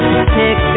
Pick